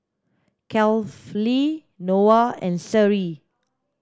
Kefli Noah and Seri